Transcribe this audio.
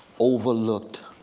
overlooked,